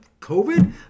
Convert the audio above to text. COVID